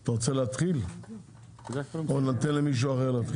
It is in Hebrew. אתה רוצה להתחיל או שניתן למישהו אחר?